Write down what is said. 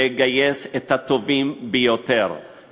לגייס את הטובים ביותר,